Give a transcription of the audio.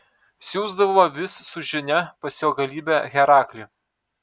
siųsdavo vis su žinia pas jo galybę heraklį